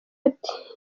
ati